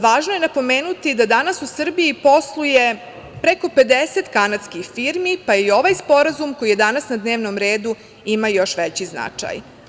Važno je napomenuti da danas u Srbiji posluje preko 50 kanadskih firmi, pa i ovaj sporazum koji je danas na dnevnom redu ima još veći značaj.